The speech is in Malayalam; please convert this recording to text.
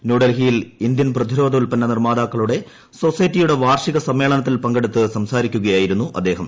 ന്യൂഡൽഹിയിൽ ഇന്ത്യൻ പ്രതിരോധ ഉൽപ്പന്ന നിർമ്മാതാക്കളുടെ സൊസൈറ്റിയുടെവാർഷിക സമ്മേളനത്തിൽ പങ്കെടുത്ത് സംസാരിക്കുകയായിരുന്നു അദ്ദേഹം